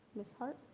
mrs. hart?